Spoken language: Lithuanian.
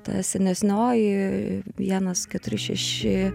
ta senesnioji vienas keturi šeši